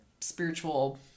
spiritual